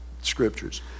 scriptures